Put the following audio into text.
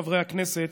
חברי הכנסת,